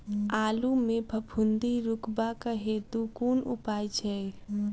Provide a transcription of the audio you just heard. आलु मे फफूंदी रुकबाक हेतु कुन उपाय छै?